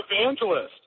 evangelist